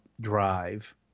drive